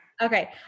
Okay